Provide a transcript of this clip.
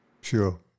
Sure